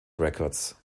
records